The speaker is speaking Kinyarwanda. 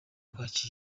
kwakira